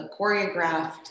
choreographed